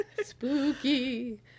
spooky